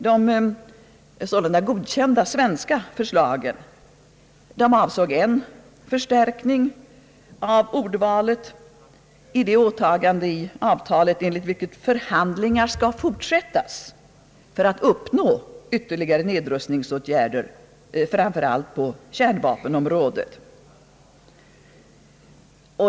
De sålunda godkända svenska förslagen avsåg, för det första, en förstärkning av ordvalet i det åtagande i avtalet enligt vilket förhandlingar skall fortsättas i syfte att uppnå ytterligare nedrustningsåtgärder framför allt på kärnvapenområdet.